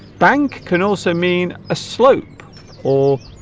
bank can also mean a slope or